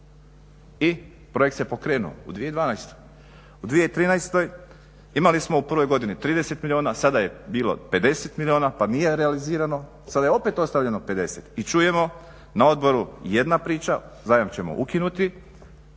i projekt se pokrenuo u 2012. U 2013. imali smo u prvoj godini 30 milijuna, sada je bilo 50 milijuna pa nije realizirano, sada je opet ostavljeno 50 i čujemo na odboru jedna priča zajam ćemo ukinuti,